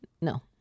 No